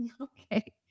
okay